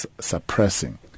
suppressing